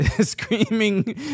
screaming